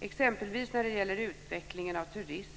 Exempelvis när det gäller utvecklingen av turism